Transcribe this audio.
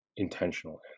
Intentional